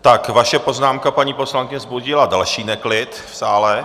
Tak vaše poznámka, paní poslankyně, vzbudila další neklid v sále.